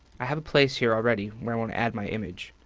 i have a place here already where i want to add my image.